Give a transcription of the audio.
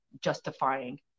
justifying